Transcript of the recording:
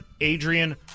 Adrian